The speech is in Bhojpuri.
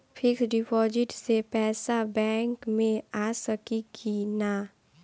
फिक्स डिपाँजिट से पैसा बैक मे आ सकी कि ना?